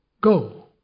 go